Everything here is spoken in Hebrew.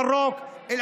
את המרוקאים,